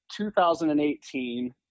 2018